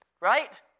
right